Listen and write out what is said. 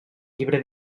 llibre